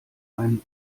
einen